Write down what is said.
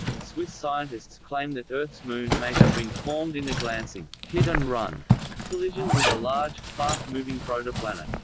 swiss scientists claim that earth's moon may have been formed in a glancing hit and run collision with a large, fast-moving protoplanet.